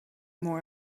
more